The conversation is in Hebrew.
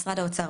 משרד האוצר,